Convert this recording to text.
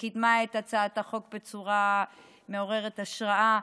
שקידמה את הצעת החוק בצורה מעוררת השראה,